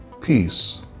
peace